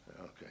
Okay